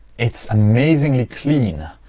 it's amazingly clean.